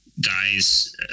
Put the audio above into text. guys